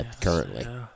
currently